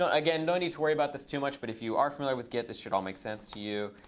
ah again, no need to worry about this too much. but if you are familiar with git, this should all make sense to you.